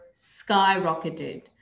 skyrocketed